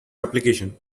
application